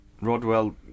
Rodwell